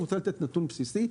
אני רוצה לתת נתון בסיסי.